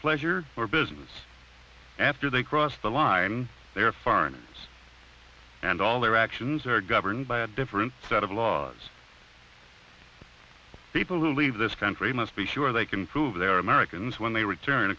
pleasure or business after they cross the line they are foreigners and all their actions are governed by a different laws people who leave this country must be sure they can prove they are americans when they return